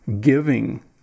giving